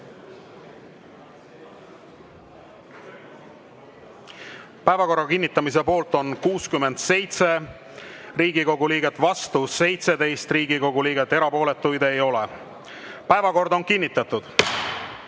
Päevakord on kinnitatud.